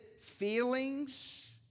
feelings